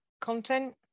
content